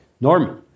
Norman